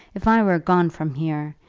if i were gone from here,